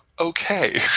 okay